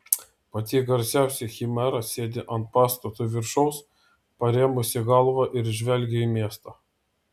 pati garsiausia chimera sėdi ant pastato viršaus parėmusi galvą ir žvelgia į miestą